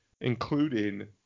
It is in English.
including